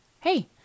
hey